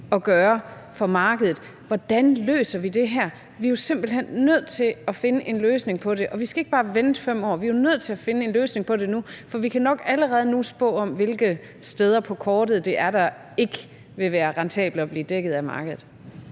at gøre for markedet. Hvordan løser vi det her? Vi er jo simpelt hen nødt til at finde en løsning på det, og vi skal ikke bare vente 5 år. Vi er jo nødt til at finde en løsning på det nu, for vi kan nok allerede nu spå om, hvilke steder på kortet det er, det ikke vil være rentabelt at blive dækket af markedet.